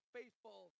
faithful